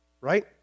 right